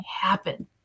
happen